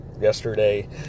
yesterday